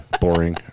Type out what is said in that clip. boring